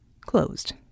closed